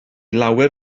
lawer